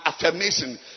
affirmation